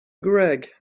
greg